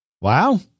Wow